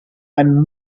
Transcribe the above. and